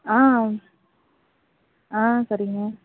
ஆ ஆ சரிங்க